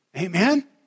Amen